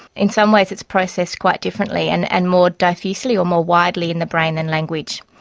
in some ways it's processed quite differently and and more diffusely or more widely in the brain than language.